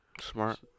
Smart